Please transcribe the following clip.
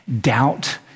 Doubt